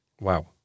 Wow